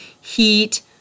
Heat